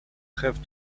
have